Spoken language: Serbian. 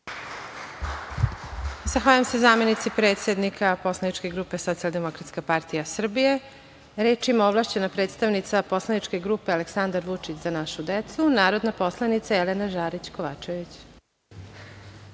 Zahvaljujem se zamenici predsednika poslaničke grupe Socijaldemokratska partija Srbije. Reč ima ovlašćena predstavnica poslaničke grupe Aleksandar Vučić – Za našu decu, narodna poslanica Jelena Žarić Kovačević. Izvolite.